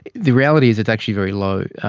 the reality is it's actually very low.